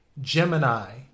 Gemini